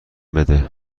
بده